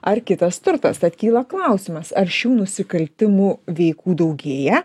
ar kitas turtas tad kyla klausimas ar šių nusikaltimų veikų daugėja